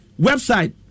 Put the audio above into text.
website